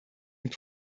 und